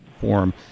form